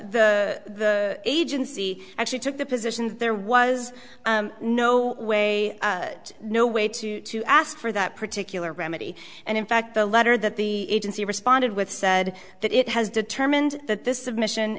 the the agency actually took the position that there was no way no way to to ask for that particular remedy and in fact the letter that the agency responded with said that it has determined that this submission